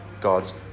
God's